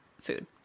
food